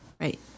Right